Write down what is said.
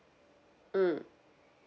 mm